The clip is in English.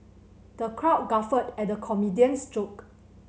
the crowd guffawed at the comedian's joke